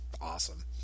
awesome